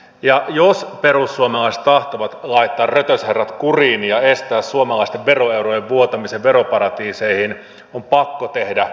ja jos perussuomalaiset tahtovat laittaa rötösherrat kuriin ja estää suomalaisten veroeurojen vuotamisen veroparatiiseihin on pakko tehdä yhteistyötä